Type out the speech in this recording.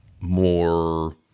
more